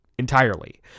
Entirely